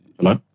Hello